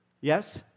Yes